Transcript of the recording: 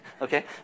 Okay